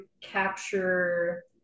capture